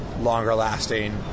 longer-lasting